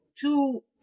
two